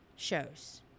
shows